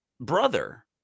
brother